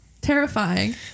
Terrifying